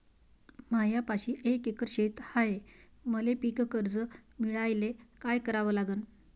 मायापाशी एक एकर शेत हाये, मले पीककर्ज मिळायले काय करावं लागन?